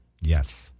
Yes